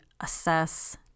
assess